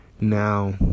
Now